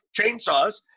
chainsaws